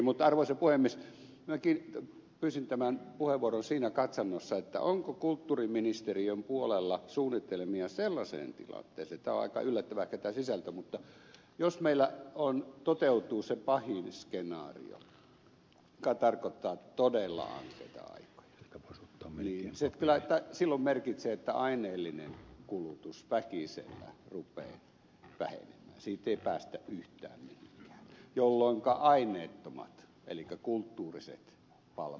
mutta arvoisa puhemies pyysin tämän puheenvuoron siinä katsannossa onko kulttuuriministeriön puolella suunnitelmia sellaiseen tilanteeseen tämä on aika yllättävä ehkä tämä sisältö että jos meillä toteutuu se pahin skenaario joka tarkoittaa todella ankeita aikoja niin se silloin merkitsee että aineellinen kulutus väkisellä rupeaa vähenemään siitä ei päästä yhtään mihinkään jolloinka aineettomat elikkä kulttuuriset palvelut tulevat arvoon arvaamattomaan